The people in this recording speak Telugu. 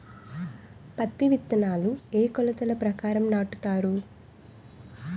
పత్తి విత్తనాలు ఏ ఏ కొలతల ప్రకారం నాటుతారు?